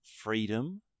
freedom